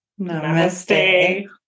Namaste